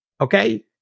okay